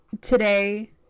today